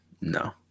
No